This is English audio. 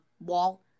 wall